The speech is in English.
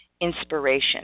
inspiration